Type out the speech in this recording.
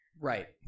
Right